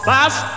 Fast